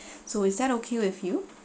so is that okay with you